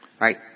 Right